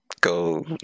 go